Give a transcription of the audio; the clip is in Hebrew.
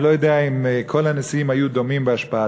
אני לא יודע אם כל הנשיאים היו דומים בהשפעתם,